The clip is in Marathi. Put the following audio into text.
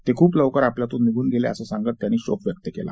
ते खूप लवकर आपल्यातून निघून गेले असं सांगत त्यांनी शोक व्यक्त केला